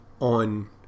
on